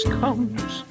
comes